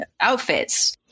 outfits